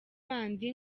bandi